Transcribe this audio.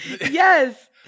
yes